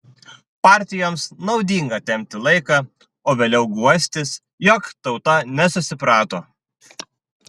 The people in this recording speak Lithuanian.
partijoms naudinga tempti laiką o vėliau guostis jog tauta nesusiprato